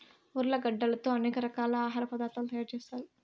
ఉర్లగడ్డలతో అనేక రకాల ఆహార పదార్థాలు తయారు చేత్తారు